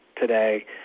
today